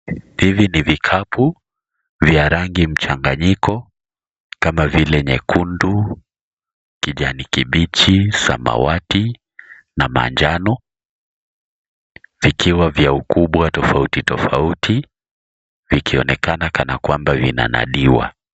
Hivi ni vikapu vya rangi mchanganyiko kama vile nyekundu, kijanikibichi, samawati na manjano, vikiwa vya ukubwa tofautitofauti, vikionekana kana kwamba vinanadiwa.